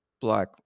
black